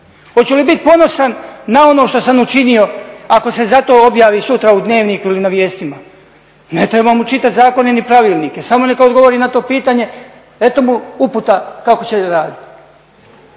Hoću li biti ponosan na ono što sam učinio ako se zato objavi sutra u Dnevniku ili na vijestima, ne treba mu čitati zakone ni pravilnike, samo neka odgovori na to pitanje eto mu uputa kako će raditi.